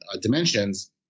dimensions